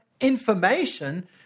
information